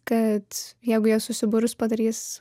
kad jeigu jie susiburs padarys